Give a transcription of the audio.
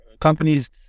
companies